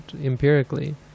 empirically